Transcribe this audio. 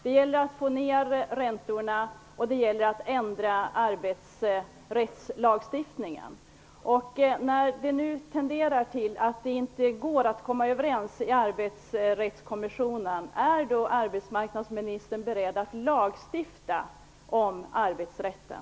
Det gäller att få ned räntorna, och det gäller att ändra arbetsrättslagstiftningen. Är arbetsmarknadsministern, när man nu tenderar att inte komma överens i Arbetsrättskommissionen, beredd att lagstifta om arbetsrätten?